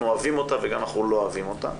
אוהבים אותה וגם אם אנחנו לא אוהבים אותה